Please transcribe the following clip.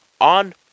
on